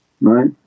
right